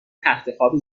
تختخواب